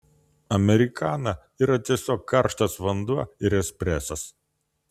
amerikana yra tiesiog karštas vanduo ir espresas